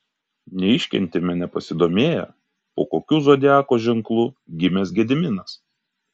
neiškentėme nepasidomėję po kokiu zodiako ženklu gimęs gediminas